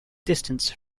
distance